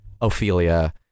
Ophelia